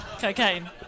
Cocaine